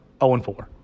0-4